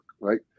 Right